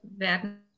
werden